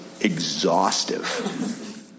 exhaustive